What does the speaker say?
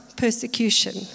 persecution